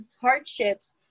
hardships